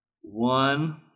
One